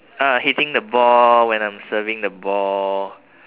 ah hitting the ball when I'm serving the ball